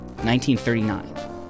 1939